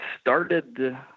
started